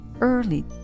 early